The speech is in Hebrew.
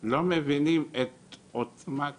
לא מבינים את עוצמת